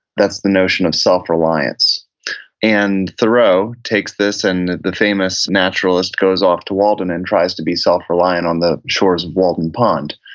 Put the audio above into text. that's the notion of self-reliance. and thoreau takes this, and the famous naturalist goes off to walden and tries to be self-reliant on the shores of walden pond.